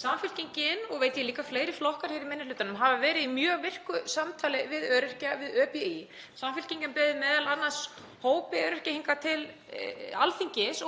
Samfylkingin, og líka fleiri flokkar í minni hlutanum, hefur verið í mjög virku samtali við öryrkja, við ÖBÍ. Samfylkingin bauð m.a. hópi öryrkja, og ÖBÍ, hingað til Alþingis